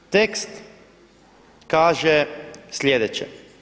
Tekst kaže sljedeće.